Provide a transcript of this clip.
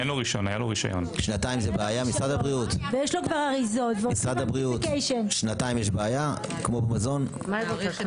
משרד הבריאות, שנתיים יש בעיה, כמו במזון?